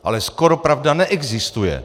Ale skoropravda neexistuje.